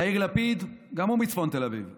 יאיר לפיד גם הוא מצפון תל אביב,